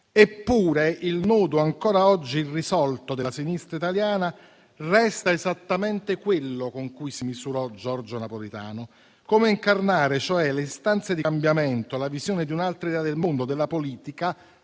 Eppure, il nodo ancora oggi irrisolto della sinistra italiana resta esattamente quello con cui si misurò Giorgio Napolitano. Come incarnare, cioè, le istanze di cambiamento e la visione di un'altra idea del mondo e della politica,